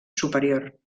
superior